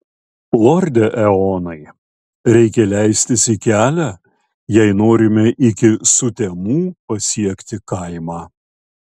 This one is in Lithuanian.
lorde eonai reikia leistis į kelią jei norime iki sutemų pasiekti kaimą